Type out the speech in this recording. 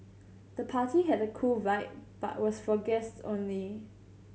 the party had a cool vibe but was for guests only